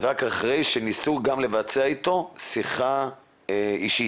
רק אחרי שניסו גם לבצע איתו שיחה אישית.